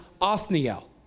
Othniel